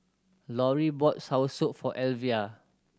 Laurie bought soursop for Elvia